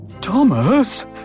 Thomas